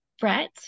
Brett